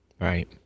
right